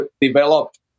developed